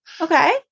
Okay